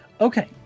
Okay